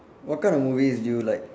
what kind of movies do you like